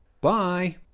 Bye